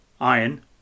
iron